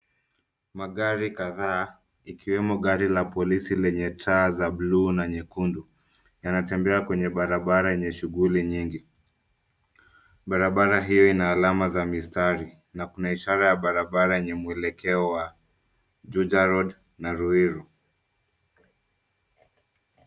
Magari kadhaa, ikiwemo gari la polisi lenye taa za blue na nyekundu, yanatembea kwenye barabara yenye shughuli nyingi. Barabara hio ina alama za mistari, na kuna ishara ya barabara yenye mwelekeo wa Juja Road na Ruiru.